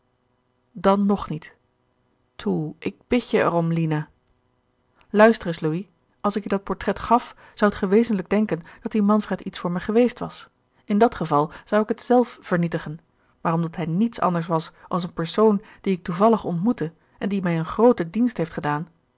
dan nog niet toe ik bid je er om lina luister eens louis als ik je dat portret gaf zoudt ge wezenlijk denken dat die manfred iets voor me geweest was in dat geval zou ik het zelf vernietigen maar omdat hij niets anders was als een persoon dien ik toevallig ontmoette en die mij een groote dienst heeft gedaan